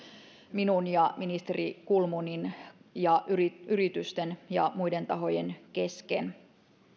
minun ja ministeri kulmunin ja yritysten ja muiden tahojen kesken